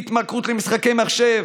התמכרות למשחקי מחשב,